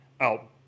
out